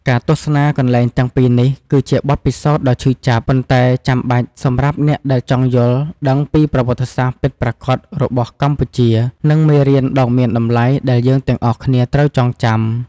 ការទស្សនាកន្លែងទាំងពីរនេះ គឺជាបទពិសោធន៍ដ៏ឈឺចាប់ ប៉ុន្តែចាំបាច់សម្រាប់អ្នកដែលចង់យល់ដឹងពីប្រវត្តិសាស្ត្រពិតប្រាកដរបស់កម្ពុជា និងមេរៀនដ៏មានតម្លៃដែលយើងទាំងអស់គ្នាត្រូវចងចាំ។